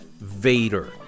Vader